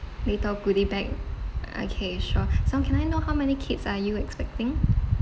little goodie bag okay sure so can I know how many kids are you expecting